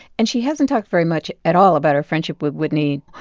and she hasn't talked very much at all about her friendship with whitney.